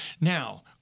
Now